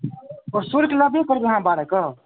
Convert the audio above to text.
आ शुल्क अहाँ लेबे करबै अहाँ बारहके